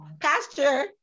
pastor